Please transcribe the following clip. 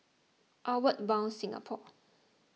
Outward Bound Singapore